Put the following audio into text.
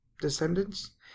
descendants